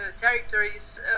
territories